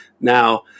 Now